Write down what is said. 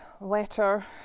letter